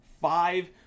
Five